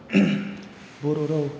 बर' राव